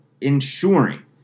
ensuring